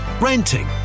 renting